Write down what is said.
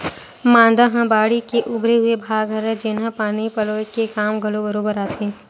मांदा ह बाड़ी के उभरे हुए भाग हरय, जेनहा पानी पलोय के काम घलो बरोबर आथे